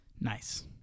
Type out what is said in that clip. Nice